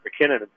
McKinnon